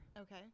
Okay